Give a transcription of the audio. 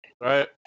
right